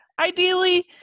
ideally